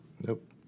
nope